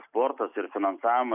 sportas ir finansavimas